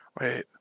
Wait